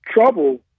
trouble